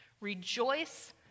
Rejoice